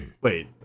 wait